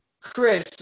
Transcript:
Chris